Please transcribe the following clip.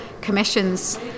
commissions